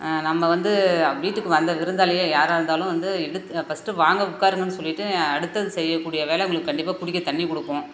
நம்ம வந்து வீட்டுக்கு வந்த விருந்தாளியை யாராக இருந்தாலும் வந்து எடுத்த ஃபர்ஸ்டு வாங்க உட்காருங்கனு சொல்லிவிட்டு அடுத்தது செய்யக்கூடிய வேலை அவங்களுக்கு கண்டிப்பாக குடிக்கிறதுக்கு தண்ணி கொடுப்போம்